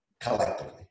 collectively